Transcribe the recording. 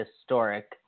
historic